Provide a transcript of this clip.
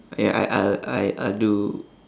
ya I I'll I I'll do